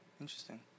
Interesting